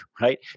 right